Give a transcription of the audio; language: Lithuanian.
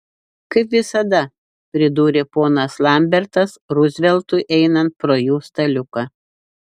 kaip visada pridūrė ponas lambertas ruzveltui einant pro jų staliuką